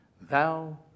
thou